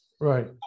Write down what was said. Right